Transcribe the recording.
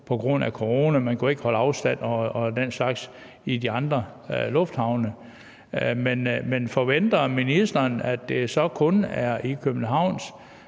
på grund af corona ikke kunnet holde afstand og den slags i de andre lufthavne. Men forventer ministeren, at det så kun er i Københavns